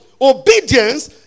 Obedience